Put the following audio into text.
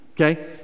okay